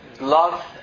love